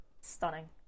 stunning